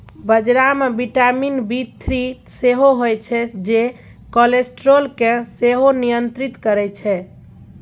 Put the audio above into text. बजरा मे vitamin B three सेहो होइ छै जे कोलेस्ट्रॉल केँ सेहो नियंत्रित करय छै